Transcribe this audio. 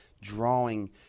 drawing